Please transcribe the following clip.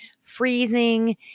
freezing